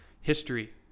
History